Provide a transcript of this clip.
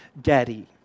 daddy